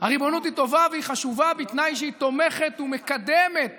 הריבונות היא טובה והיא חשובה בתנאי שהיא תומכת ומקדמת